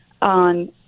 on